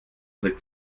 trick